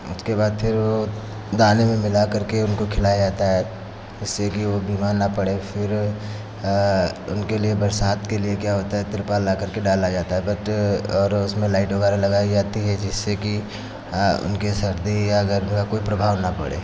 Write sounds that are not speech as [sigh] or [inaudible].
उसके बाद फिर वो दाने में मिला करके उनको खिलाया जाता है इससे की वो बीमार ना पड़े फिर उनेक लिए बरसात के लिए क्या होता है तिरपाल ला करके डाला जाता है बट और उसमें लाइट वगैरह लगाई जाती है जिससे की उनकी सर्दी या अगर [unintelligible] कोई प्रभाव ना पड़े